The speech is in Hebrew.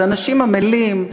זה אנשים עמלים,